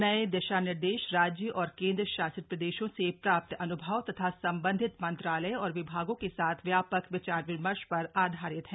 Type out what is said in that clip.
नये दिशा निर्देश राज्य और केन्द्र शासित प्रदेशों से प्राप्त अन्भव तथा संबंधित मंत्रालय और विभागों के साथ व्यापक विचार विमर्श पर धारित हैं